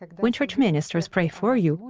like when church ministers pray for you,